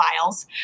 files